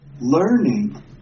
Learning